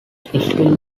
still